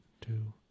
two